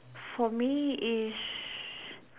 for me is